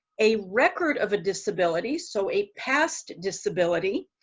a record of a disability, so a past disability,